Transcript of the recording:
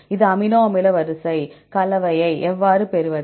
இது அமினோ அமில வரிசை கலவை எவ்வாறு பெறுவது